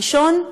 הראשון,